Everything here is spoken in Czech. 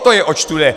To je, oč tu jde!